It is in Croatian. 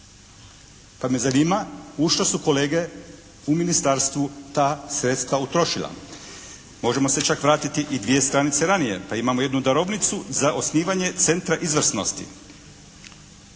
Pa me zanima u što su kolege u Ministarstvu ta sredstva utrošila? Možemo se čak vratiti u dvije stranice ranije. Pa imamo jednu darovnicu za osnivanje centra izvrsnosti.